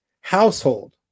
household